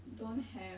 don't have